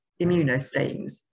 immunostains